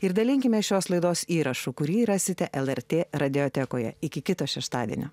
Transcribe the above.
ir dalinkimės šios laidos įrašu kurį rasite lrt radiotekoje iki kito šeštadienio